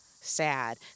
sad